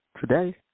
today